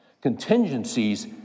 Contingencies